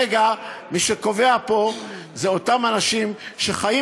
אבל כרגע מי שקובע פה זה אותם אנשים שחיים